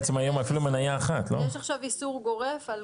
עכשיו איסור גורף.